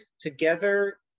together